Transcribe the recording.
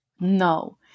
No